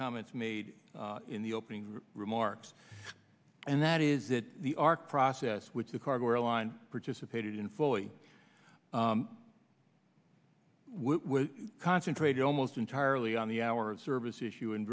comments made in the opening remarks and that is that the arc process which the cargo airline participated in fully concentrate almost entirely on the hour of service issue